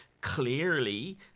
Clearly